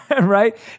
right